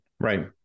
Right